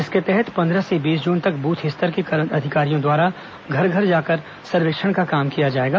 इसके तहत पंद्रह से बीस जून तक बूथ स्तर के अधिकारियों द्वारा घर घर जाकर सर्वेक्षण का काम किया जाएगा